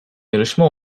yarışma